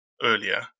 earlier